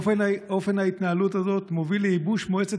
אופן ההתנהלות הזה מוביל לייבוש מועצת